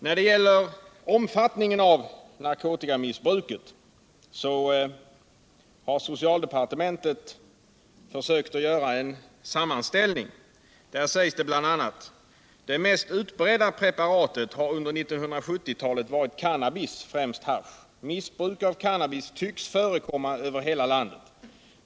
När det gäller omfattningen av narkotikamissbruket har socialdeparte ”Det mest utbredda preparatet har under 1970-talet varit cannabis . Missbruk av cannabis tycks förekomma över hela landet.